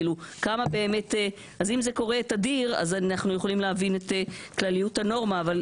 אם זה קורה תדיר אז אנחנו יכולים להבין את כלליות הנורמה.